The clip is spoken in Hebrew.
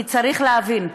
כי צריך להבין: